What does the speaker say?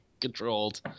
controlled